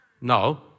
No